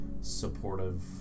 supportive